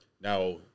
Now